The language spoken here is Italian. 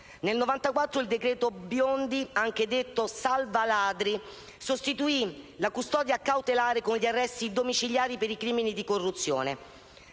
Nel 1994 il decreto Biondi, anche detto salva ladri, sostituì la custodia cautelare con gli arresti domiciliari per i crimini di corruzione.